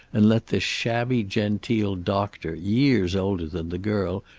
and let this shabby-genteel doctor, years older than the girl,